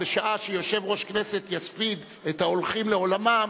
בשעה שיושב-ראש כנסת יספיד את ההולכים לעולמם,